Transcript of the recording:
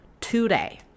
today